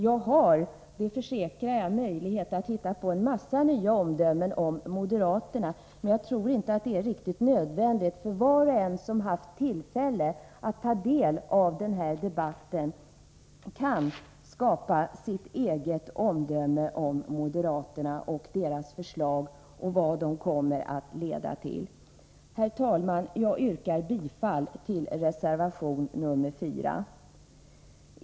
Jag har, det försäkrar jag, möjlighet att hitta på en mängd nya omdömen om moderaterna, men jag tror inte att det är riktigt nödvändigt, för var och en som haft tillfälle att ta del av den här debatten kan skapa sig ett eget omdöme om moderaterna och deras förslag och om vad dessa förslag kommer att leda till. Herr talman! Jag yrkar bifall till reservation nr 4.